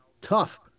tough